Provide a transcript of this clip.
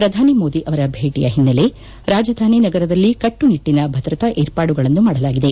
ಪ್ರಧಾನಿ ಮೋದಿ ಅವರ ಭೇಟಿಯ ಹಿನ್ನೆಲೆ ರಾಜಧಾನಿ ನಗರದಲ್ಲಿ ಕಟ್ಟುನಿಟ್ಟಿನ ಭದ್ರತಾ ಏರ್ಪಾಟುಗಳನ್ನು ಮಾಡಲಾಗಿದೆ